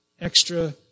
extra